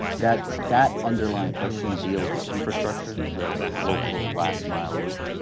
that that underlying question deals with infrastructure, the local last mile loop.